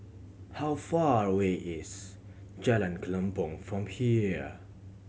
how far away is Jalan Kelempong from here